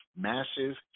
massive